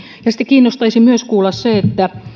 sitten kiinnostaisi kuulla myös se